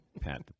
Pat